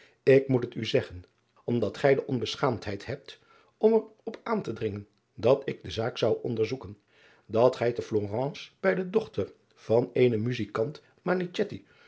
ik moet het u zeggen omdat gij de onbeschaamdheid hebt om er op aan te dringen dat ik de zaak zou onderzoeken dat gij te lorence bij de dochter van eenen uzijkant